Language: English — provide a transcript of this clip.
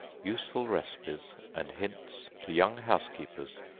useful receipts, and hints to young housekeepers.